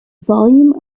volume